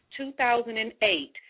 2008